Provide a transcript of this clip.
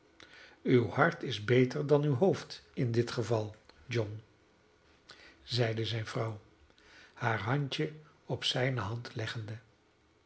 uw hart is beter dan uw hoofd in dit geval john zeide zijne vrouw haar handje op zijne hand leggende